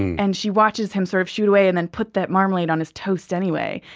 and she watches him sort of shoo it away, and then put that marmalade on his toast anyway.